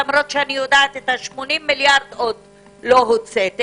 למרות שאני יודעת שאת ה-80 מיליארד עוד לא הוצאתם.